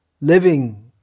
living